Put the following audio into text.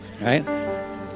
Right